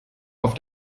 auf